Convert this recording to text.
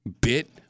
bit